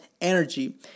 energy